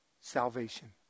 Salvation